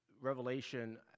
Revelation